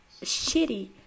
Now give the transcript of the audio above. shitty